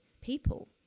people